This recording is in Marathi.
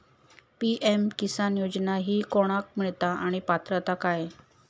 पी.एम किसान योजना ही कोणाक मिळता आणि पात्रता काय?